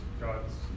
God's